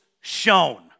shown